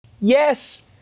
Yes